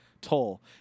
toll